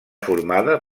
formada